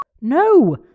No